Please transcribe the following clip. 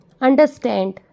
Understand